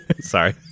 Sorry